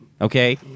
Okay